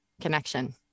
connection